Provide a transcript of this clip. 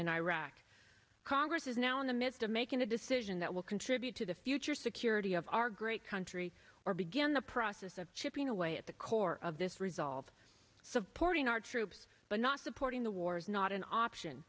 in iraq congress is now in the midst of making a decision that will contribute to the future security of our great country or begin the process of chipping away at the core of this resolve supporting our troops but not supporting the war is not an option